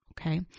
Okay